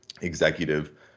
executive